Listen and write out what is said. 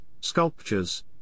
sculptures